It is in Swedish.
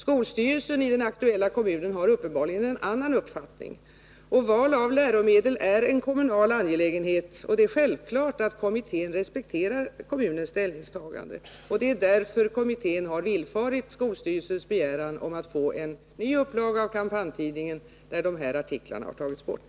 Skolstyrelsen i den aktuella kommunen har uppenbarligen en annan uppfattning, och val av läromedel är en kommunal angelägenhet. Det är självklart att kommittén respekterar kommunens ställningstagande. Därför har också kommittén villfarit skolstyrelsens begäran om att få en ny upplaga av kampanjtidningen, där de här artiklarna har tagits bort.